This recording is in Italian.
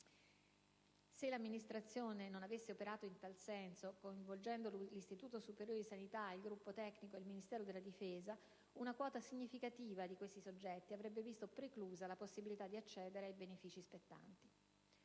se l'Amministrazione non avesse operato in tal senso, coinvolgendo l'Istituto superiore di sanità, il gruppo tecnico e il Ministero della difesa, una quota significativa di questi soggetti avrebbe visto preclusa la possibilità di accedere ai benefici spettanti.